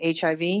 HIV